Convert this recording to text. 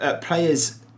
players